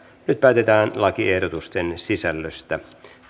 nyt päätetään lakiehdotusten sisällöstä